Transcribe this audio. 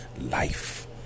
life